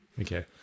Okay